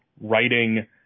writing